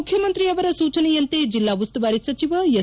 ಮುಖ್ಯಮಂತ್ರಿಯವರ ಸೂಚನೆಯಂತೆ ಜಿಲ್ಲಾ ಉಸ್ತುವಾರಿ ಸಚಿವ ಎಸ್